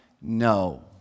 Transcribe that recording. no